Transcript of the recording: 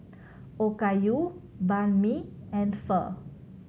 Okayu Banh Mi and Pho